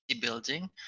building